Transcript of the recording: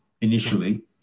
Initially